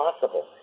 possible